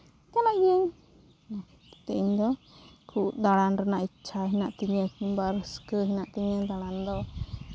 ᱪᱟᱞᱟᱜ ᱜᱮᱭᱟᱹᱧ ᱠᱤᱱᱛᱩ ᱤᱧᱫᱚ ᱠᱷᱩᱵ ᱫᱟᱬᱟᱱ ᱨᱮᱭᱟᱜ ᱤᱪᱪᱷᱟᱹ ᱦᱮᱱᱟᱜ ᱛᱤᱧᱟᱹ ᱠᱤᱢᱵᱟ ᱨᱟᱹᱥᱠᱟᱹ ᱦᱮᱱᱟᱜ ᱛᱤᱧᱟᱹ ᱫᱟᱬᱟᱱ ᱫᱚ